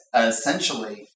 essentially